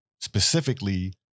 specifically